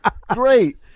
great